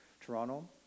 Toronto